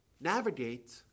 navigate